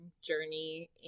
Journey